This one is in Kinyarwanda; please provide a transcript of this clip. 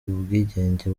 ubwigenge